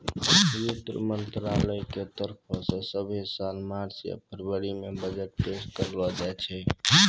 वित्त मंत्रालय के तरफो से सभ्भे साल मार्च या फरवरी मे बजट पेश करलो जाय छै